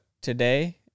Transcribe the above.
today